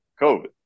COVID